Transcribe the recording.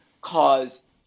cause